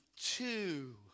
two